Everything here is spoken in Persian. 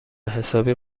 حسابی